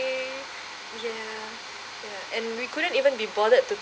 ya ya and we couldn't even be bothered to